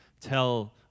tell